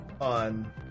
on